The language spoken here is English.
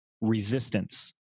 resistance